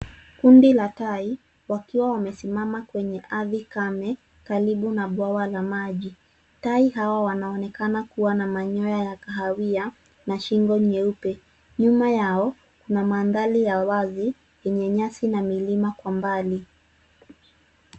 Kundi la tai wakiwa wamesimama kwenye ardhi kame karibu na bwawa la maji. Tai hawa wanaonekana kuwa na manyoya ya kahawia na shingo nyeupe. Nyuma yao kua mandhari ya wazi yenye nyasi na milima kwa mbali.